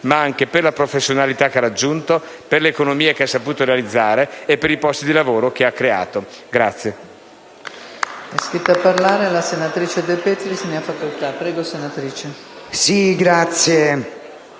ma anche per la professionalità che ha raggiunto, per le economie che ha saputo realizzare e per i posti di lavoro che ha creato.